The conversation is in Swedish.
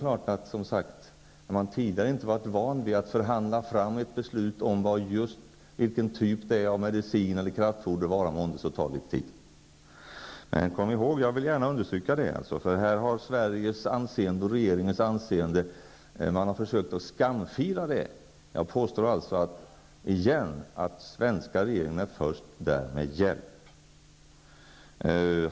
Har man då inte tidigare varit van vid att förhandla fram ett beslut om vilken typ av medicin eller kraftfoder som bäst behövs tar det litet tid. Här har man försökt att skamfila Sveriges och regeringens anseende. Jag påstår alltså igen, och jag vill gärna understryka det, att den svenska regeringen är först med hjälp.